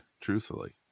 truthfully